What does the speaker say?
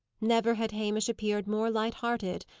never had hamish appeared more light-hearted.